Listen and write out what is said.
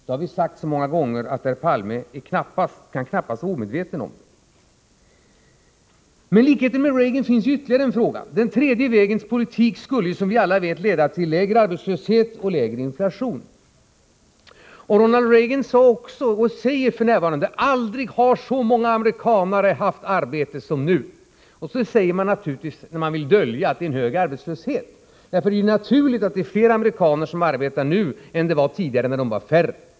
Det har vi sagt så många gånger att herr Palme knappast kan vara omedveten om det. Men likheten med Reagan finns i ytterligare en fråga. Den tredje vägens politik skulle, som vi alla vet, leda till lägre arbetslöshet och lägre inflation. Ronald Reagan säger f. n: Aldrig har så amerikanare haft arbete som nu. Så säger man naturligtvis när man vill dölja att det är en hög arbetslöshet. Det är naturligt att det är fler amerikanare som arbetar nu än det var tidigare när de var färre.